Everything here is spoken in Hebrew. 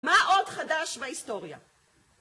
מה עוד חדש בהיסטוריה?